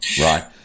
right